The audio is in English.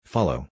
Follow